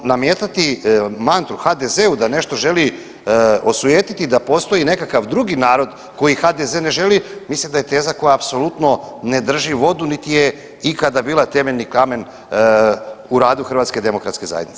No, nametati mantru HDZ-u da nešto želi osujetiti, da postoji nekakav drugi narod koji HDZ ne želi, mislim da je teza koja apsolutno ne drži vodu niti je ikada bila temeljni kamen u radu HDZ-a.